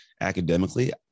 academically